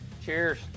cheers